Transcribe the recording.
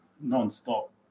non-stop